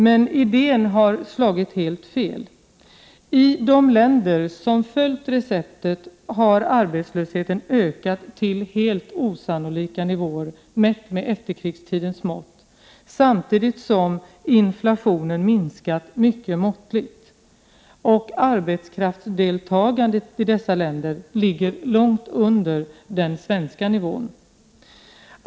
Men idén har slagit helt fel. I de länder som följt receptet har arbetslösheten ökat till helt osannolika nivåer, mätt med efterkrigstidens mått, samtidigt som inflationen minskat mycket måttligt. Arbetskraftsdeltagandet i dessa länder ligger långt under den svenska nivån.